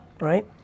right